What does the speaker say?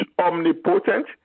omnipotent